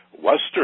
Western